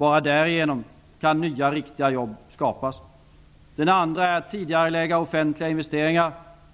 Bara därigenom kan nya riktiga jobb skapas. Den andra är att tidigarelägga offentliga investeringar.